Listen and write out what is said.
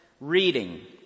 reading